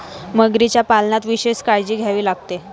मगरीच्या पालनात विशेष काळजी घ्यावी लागते